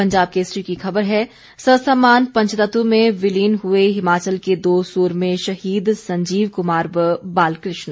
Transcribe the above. पंजाब केसरी की ख़बर है ससम्मान पंचतत्व में विलीन हुए हिमाचल के दो सूरमे शहीद संजीव कुमार व बालकृष्ण